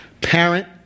parent